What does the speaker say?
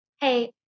hey